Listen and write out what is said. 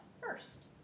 first